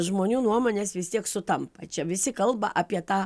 žmonių nuomonės vis tiek sutampa čia visi kalba apie tą